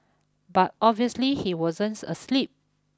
but obviously he wasn't asleep